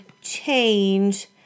change